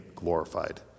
glorified